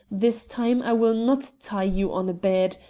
this time i will not tie you on a bed.